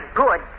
good